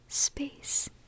Space